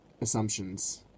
assumptions